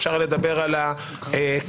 אפשר לדבר על הכלל,